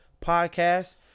podcast